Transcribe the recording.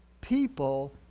people